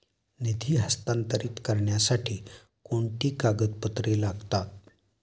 निधी हस्तांतरित करण्यासाठी कोणती कागदपत्रे लागतात?